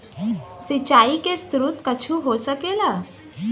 सिंचाइ के स्रोत कुच्छो हो सकेला